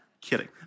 Kidding